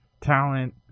talent